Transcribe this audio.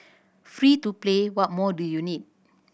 free to play what more do you need